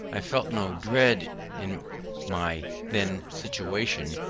i felt no dread in my then situation,